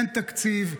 אין תקציב,